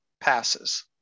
passes